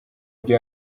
mujyi